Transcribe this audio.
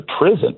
prison